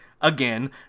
again